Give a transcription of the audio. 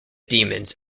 demons